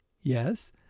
Yes